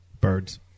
birds